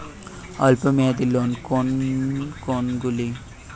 অল্প মেয়াদি লোন কোন কোনগুলি?